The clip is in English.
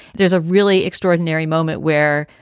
there's a really extraordinary moment where,